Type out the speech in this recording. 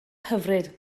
hyfryd